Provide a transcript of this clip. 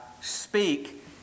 speak